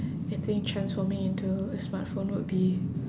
I think transforming into a smartphone would be